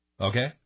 Okay